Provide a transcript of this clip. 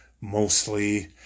mostly